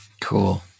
Cool